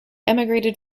emigrated